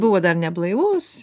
buvo dar neblaivus